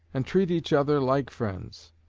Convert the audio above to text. and treat each other like friends.